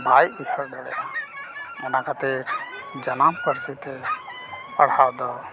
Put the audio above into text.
ᱵᱟᱭ ᱴᱷᱤᱠᱟᱹ ᱫᱟᱲᱮᱭᱟᱜᱼᱟ ᱚᱱᱟ ᱠᱷᱟᱹᱛᱤᱨ ᱡᱟᱱᱟᱢ ᱯᱟᱹᱨᱥᱤᱛᱮ ᱯᱟᱲᱦᱟᱣ ᱫᱚ